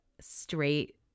straight